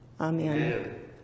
Amen